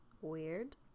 Weird